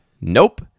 Nope